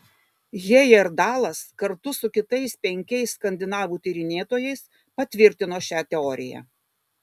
hejerdalas kartu su kitais penkiais skandinavų tyrinėtojais patvirtino šią teoriją